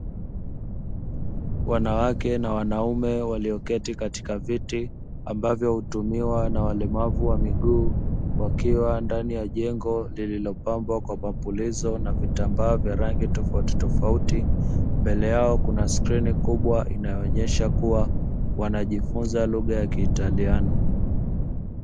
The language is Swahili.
Wanawake na wanaume walioketi katika viti ambavyo hutumiwa na walemavu wa miguu, wakiwa ndani ya jengo lililopambwa kwa mapulizo na vitambaa vya rangi tofautitofauti, mbele yao kuna skrini kubwa inayoonyesha kuwa wanajifunza lugha ya kiitaliano.